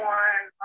one